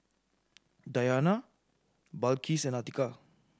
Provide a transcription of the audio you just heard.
Dayana Balqis and Atiqah